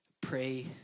pray